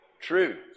true